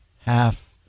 half